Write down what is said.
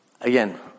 again